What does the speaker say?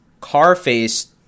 Carface